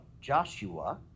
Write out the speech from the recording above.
Joshua